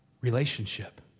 relationship